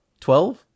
Twelve